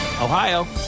Ohio